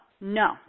no